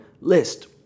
list